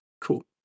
Cool